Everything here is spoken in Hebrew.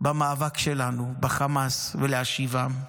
במאבק שלנו בחמאס ולהשיבם?